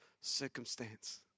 Circumstance